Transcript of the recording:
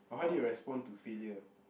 or how do you respond to failure